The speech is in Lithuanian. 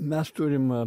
mes turime